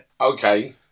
Okay